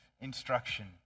instruction